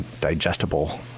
digestible